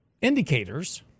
indicators